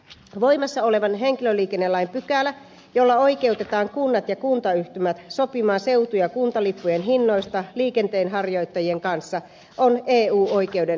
voimassa olevan henkilöliikennelain pykälä jolla oikeutetaan kunnat ja kuntayhtymät sopimaan seutu ja kuntalippujen hinnoista liikenteenharjoittajien kanssa on eu oikeuden vastainen